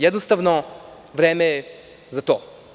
Jednostavno vreme je za to.